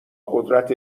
قدرت